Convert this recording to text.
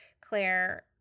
Claire